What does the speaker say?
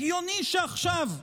הגיוני שעכשיו,